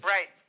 Right